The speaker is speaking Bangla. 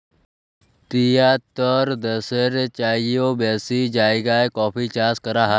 তিয়াত্তর দ্যাশের চাইয়েও বেশি জায়গায় কফি চাষ ক্যরা হছে